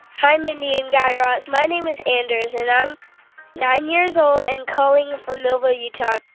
hi, mindy and guy raz. my name is anders, and i'm nine years old and calling from millville, utah.